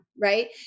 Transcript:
right